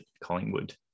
Collingwood